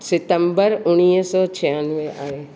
सितंम्बर उणीवीह सौ छहाणवे आहे